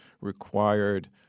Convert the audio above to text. required